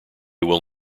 will